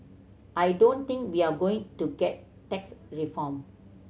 I don't think we're going to get tax reform